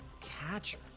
Catcher